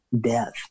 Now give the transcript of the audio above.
death